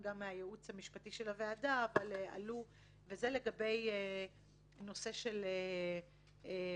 גם מהייעוץ המשפטי של הוועדה וזה לגבי הנושא של ילדים,